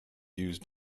used